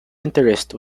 interest